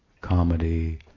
comedy